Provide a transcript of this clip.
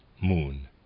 moon